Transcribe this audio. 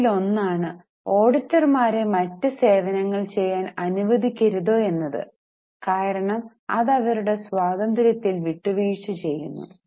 അതിലൊന്നാണ് ഓഡിറ്റർമാരെ മറ്റ് സേവനങ്ങൾ ചെയ്യാൻ അനുവദിക്കരുത് എന്നത് കാരണം അത് അവരുടെ സ്വാതന്ത്ര്യത്തിൽ വിട്ടുവീഴ്ച ചെയ്യുന്നു